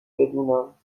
بدونم